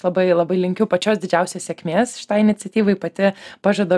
labai labai linkiu pačios didžiausios sėkmės šitai iniciatyvai pati pažadu